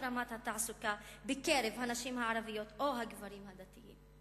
רמת התעסוקה בקרב הנשים הערביות או הגברים הדתיים.